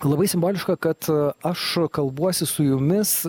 labai simboliška kad aš kalbuosi su jumis